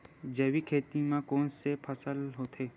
जैविक खेती म कोन कोन से फसल होथे?